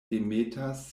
demetas